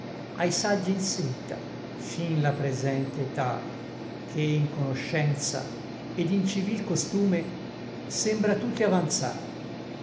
ai saggi insulta fin la presente età che in conoscenza ed in civil costume sembra tutte avanzar